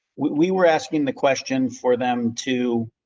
we, we were asking the question for them to.